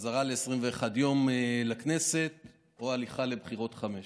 וחזרה ל-21 יום לכנסת או הליכה לבחירות חמישיות.